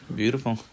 beautiful